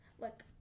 Look